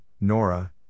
Nora